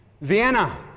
Vienna